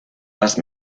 las